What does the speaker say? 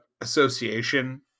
association